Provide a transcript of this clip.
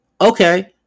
Okay